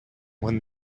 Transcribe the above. when